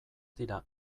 dira